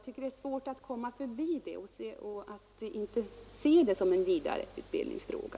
Det är svårt att inte se detta som en vidareutbildningsfråga.